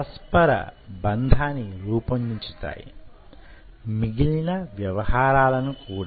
పరస్పర బంధాన్ని రూపొందించుతాయి మిగిలిన వ్యవహారాలను కూడా